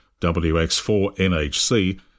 WX4NHC